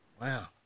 Wow